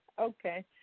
Okay